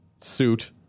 suit